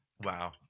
Wow